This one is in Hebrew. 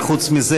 וחוץ מזה,